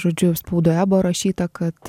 žodžiu spaudoje buvo rašyta kad